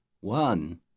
One